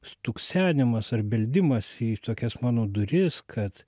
stuksenimas ar beldimas į tokias mano duris kad